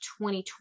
2020